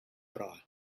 proa